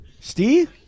Steve